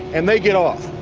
and they get off.